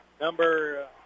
number